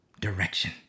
direction